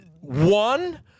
one